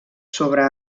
sobre